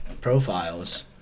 profiles